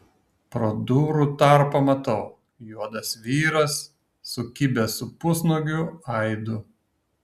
pro durų tarpą matau juodas vyras sukibęs su pusnuogiu aidu